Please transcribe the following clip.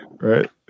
Right